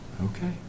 Okay